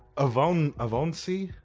avaun. avauncee?